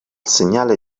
segnale